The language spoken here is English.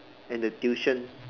and the tuition